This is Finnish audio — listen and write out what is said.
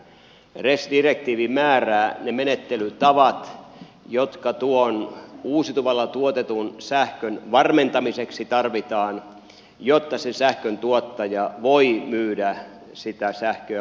res direktiivi määrää ne menettelytavat jotka uusiutuvalla tuotetun sähkön varmentamiseksi tarvitaan jotta sähköntuottaja voi myydä sähköä uusiutuvana